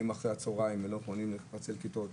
אחרי הצהריים ולא מוכנים לפצל כיתות.